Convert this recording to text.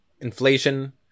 inflation